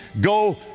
go